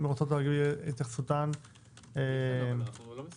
בוקר טוב למי